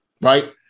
right